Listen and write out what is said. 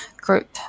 group